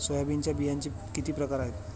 सोयाबीनच्या बियांचे किती प्रकार आहेत?